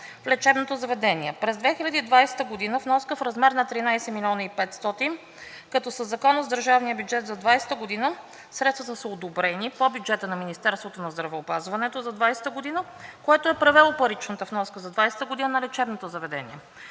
в лечебното заведение. През 2020 г. вноската е в размер на 13 млн. 500 хил. лв., като със Закона за държавния бюджет за 2020 г. средствата са одобрени по бюджета на Министерството на здравеопазването за 2020 г., което е превело паричната вноска за 2020 г. на лечебното заведение.